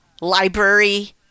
library –